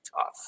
tough